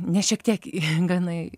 nes šiek tiek